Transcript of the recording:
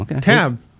tab